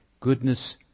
Goodness